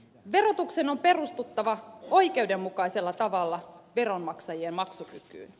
verotuksen on perustuttava oikeudenmukaisella tavalla veronmaksajien maksukykyyn